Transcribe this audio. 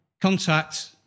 contact